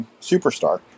superstar